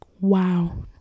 wow